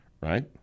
Right